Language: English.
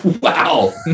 wow